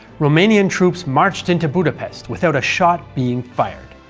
romanian troops marched into budapest without a shot being fired.